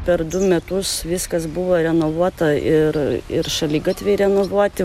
per du metus viskas buvo renovuota ir ir šaligatviai renovuoti